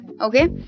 Okay